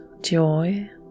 joy